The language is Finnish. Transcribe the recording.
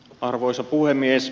arvoisa puhemies